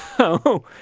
oh,